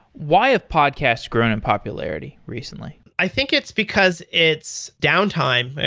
why have podcast grown in popularity recently? i think it's because it's downtime.